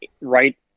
right